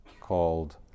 called